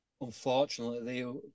unfortunately